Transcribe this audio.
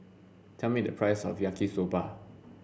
tell me the price of Yaki Soba